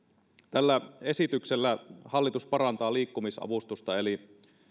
tällä esityksellä hallitus parantaa liikkumisavustusta eli